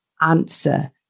answer